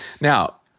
Now